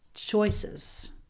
choices